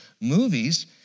movies